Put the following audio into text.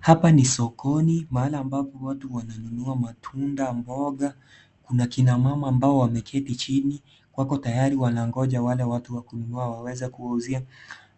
Hapa ni sokoni mahala ambapo watu wananunua matunda, mboga kuna akina mama ambao wameketi chini wako tayari wanangoja wale watu wakununua waweze kuwauzia,